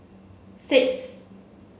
six